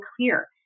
clear